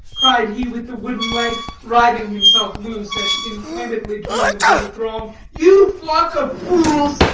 cried he with the wooden leg, writhing himself loose and inflamedly turning upon the throng you flock of fools,